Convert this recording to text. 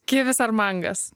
kivis ar mangas